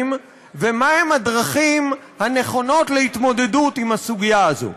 ואת הדרכים הנכונות להתמודדות עם הסוגיה הזאת.